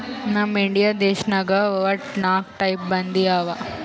ನಮ್ ಇಂಡಿಯಾ ದೇಶನಾಗ್ ವಟ್ಟ ನಾಕ್ ಟೈಪ್ ಬಂದಿ ಅವಾ